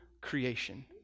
creation